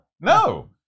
No